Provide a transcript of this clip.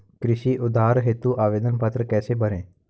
कृषि उधार हेतु आवेदन पत्र कैसे भरें?